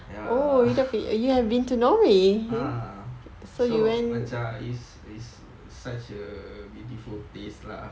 ya uh uh uh so macam is is such a beautiful place lah